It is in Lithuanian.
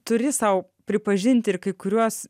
turi sau pripažinti ir kai kuriuos